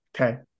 Okay